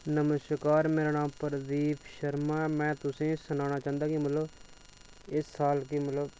नमस्कार मेरा नांऽ प्रदीप शर्मा ऐ में तुसें ई सनाना चाह्न्ना कि मतलब इस साल गी मतलब